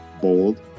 bold